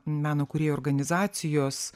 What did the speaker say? meno kūrėjų organizacijos